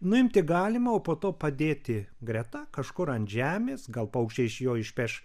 nuimti galima o po to padėti greta kažkur ant žemės gal paukščiai iš jo išpeš